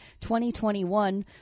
2021